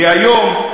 כי היום,